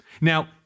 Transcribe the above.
Now